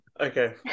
Okay